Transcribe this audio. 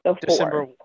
December